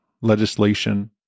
legislation